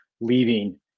leaving